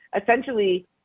essentially